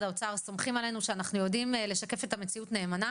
האוצר סומכים עלינו שאנחנו יודעים לשקף את המציאות נאמנה